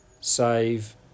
save